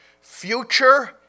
future